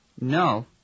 No